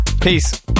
Peace